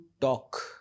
talk